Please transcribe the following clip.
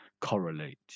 correlate